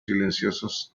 silenciosos